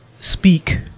speak